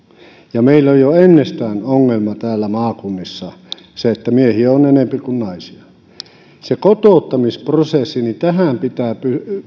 ja meillä on jo ennestään ongelma maakunnissa se että miehiä on enempi kuin naisia se kotouttamisprosessi tähän pitää